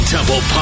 Temple